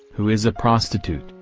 who is a prostitute,